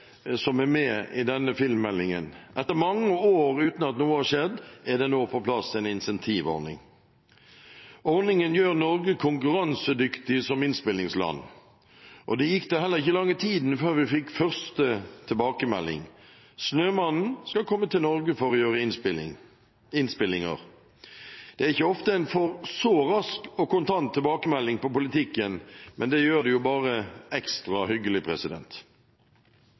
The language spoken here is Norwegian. som er med i denne filmmeldingen. Etter mange år uten at noe har skjedd, er det nå på plass en incentivordning. Ordningen gjør Norge konkurransedyktig som innspillingsland, og det gikk da heller ikke lange tiden før vi fikk første tilbakemelding: Innspillingen av «Snømannen» skal gjøres i Norge. Det er ikke ofte en får så rask og kontant tilbakemelding på politikken, men det gjør det jo bare ekstra hyggelig.